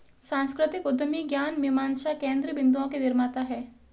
सांस्कृतिक उद्यमी ज्ञान मीमांसा केन्द्र बिन्दुओं के निर्माता हैं